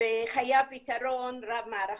וחייב פתרון רב מערכתי.